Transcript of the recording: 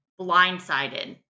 blindsided